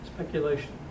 Speculation